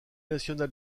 national